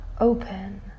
Open